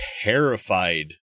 terrified